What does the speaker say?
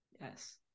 Yes